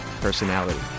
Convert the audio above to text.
personality